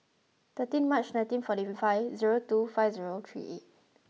thirteen March nineteen forty five zero two five zero three